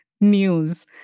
news